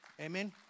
Amen